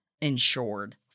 insured